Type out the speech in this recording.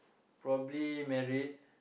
probably married